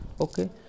okay